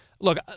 Look